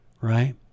right